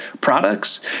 products